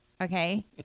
okay